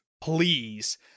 please